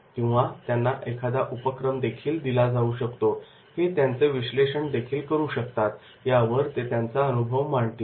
किंवा त्यांना एखादा उपक्रमदेखील दिला जाऊ शकतो आणि ते त्याचे विश्लेषण देखील करू शकतात यावर ते त्यांचा अनुभव मांडतील